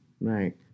right